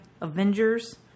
Avengers